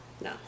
No